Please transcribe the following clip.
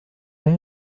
لَا